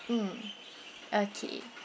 mm okay